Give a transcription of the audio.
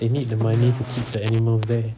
they need the money to keep the animals there